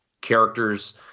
characters